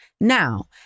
Now